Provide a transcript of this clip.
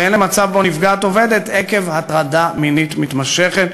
והן למצב שבו נפגעת עובדת עקב הטרדה מינית מתמשכת,